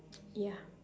ya